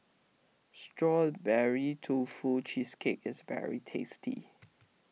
Strawberry Tofu Cheesecake is very tasty